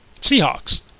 Seahawks